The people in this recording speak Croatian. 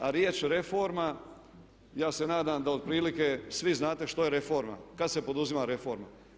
A riječ reforma ja se nadam da otprilike svi znate što je reforma, kad se poduzima reforma.